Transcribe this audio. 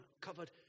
covered